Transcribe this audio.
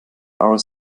our